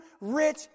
rich